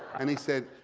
and he said,